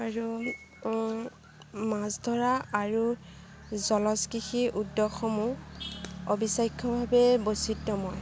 আৰু মাছ ধৰা আৰু জলজ কৃষি উদ্যোগসমূহ অবিশ্বাস্যভাৱে বৈচিত্ৰময়